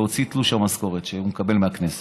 להוציא תלוש המשכורת שהוא מקבל מהכנסת.